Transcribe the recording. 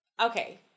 okay